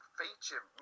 feature